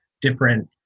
different